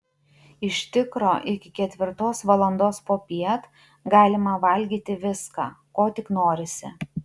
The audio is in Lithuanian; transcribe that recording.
iš tikro iki ketvirtos valandos popiet galima valgyti viską ko tik norisi